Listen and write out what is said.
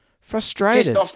frustrated